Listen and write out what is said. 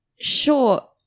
sure